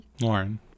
lauren